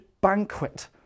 banquet